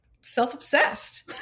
self-obsessed